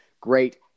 Great